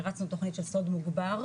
הרצנו תוכנית של סולד מוגבר,